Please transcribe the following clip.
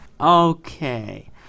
Okay